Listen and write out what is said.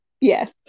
Yes